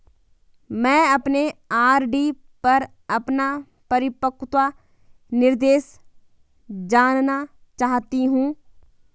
मैं अपने आर.डी पर अपना परिपक्वता निर्देश जानना चाहती हूँ